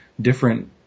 different